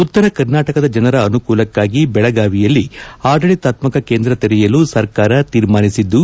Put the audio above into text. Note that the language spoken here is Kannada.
ಉತ್ತರ ಕರ್ನಾಟಕದ ಜನರ ಅನುಕೂಲಕ್ಕಾಗಿ ಬೆಳಗಾವಿಯಲ್ಲಿ ಆಡಳಿತಾತ್ಮಕ ಕೇಂದ್ರ ತೆರೆಯಲು ಸರ್ಕಾರ ತೀರ್ಮಾನಿಸಿದ್ದು